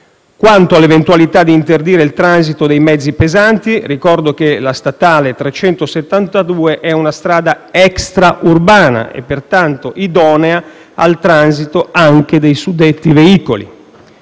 Quanto all'eventualità di interdire il transito dei mezzi pesanti, ricordo che la strada statale 372 è una strada extraurbana e, pertanto, idonea al transito anche dei suddetti veicoli.